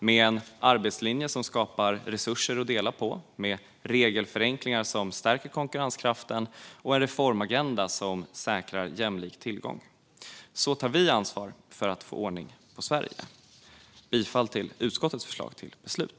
Med en arbetslinje som skapar resurser att dela på, med regelförenklingar som stärker konkurrenskraften och en reformagenda som säkrar jämlik tillgång tar vi ansvar för att få ordning på Sverige. Jag yrkar bifall till utskottets förslag till beslut.